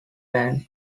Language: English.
bands